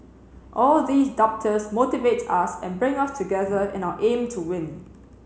all these doubters motivate us and bring us together in our aim to win